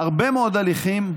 הרבה מאוד הליכים,